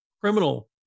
criminal